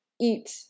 eat